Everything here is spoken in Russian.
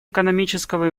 экономического